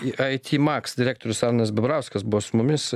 ai ti max direktorius arnas bebrauskas buvo su mumis